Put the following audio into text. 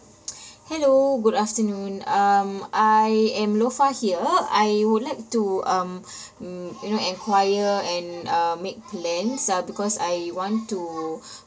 hello good afternoon um I am lofa here I would like to um mm you know enquire and uh make plans uh because I want to